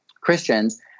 Christians